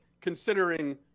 considering